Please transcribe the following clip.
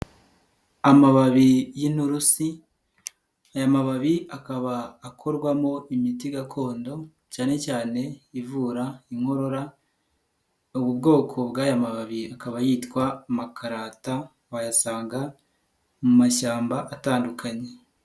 Amababi y'ininturusi, aya mababi akaba akorwamo imiti gakondo cyane cyane ivura inkorora, ubu bwoko bw'aya mababi, akaba yitwa makarata wayasanga mu mashyamba atandukanye.